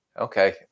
Okay